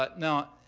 but now,